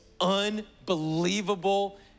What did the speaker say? unbelievable